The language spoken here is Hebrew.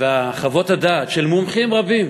וחוות הדעת של מומחים רבים,